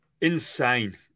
insane